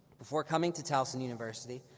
before coming to towson university,